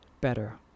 better